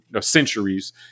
centuries